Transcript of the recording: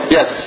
Yes